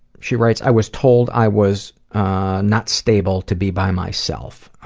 she writes, i was told i was not stable to be by myself.